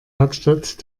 hauptstadt